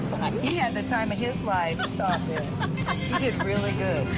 and the time of his life. stop it. he did really good.